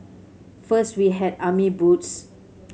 first we had army boots